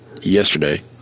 yesterday